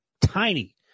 tiny